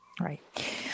Right